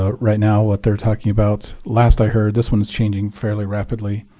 ah right now what they're talking about last i heard, this one is changing fairly rapidly